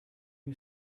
who